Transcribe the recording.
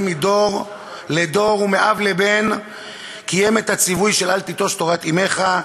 מדור לדור ומאב לבן קיים את הציווי של "אל תִטֹּש תורת אמך",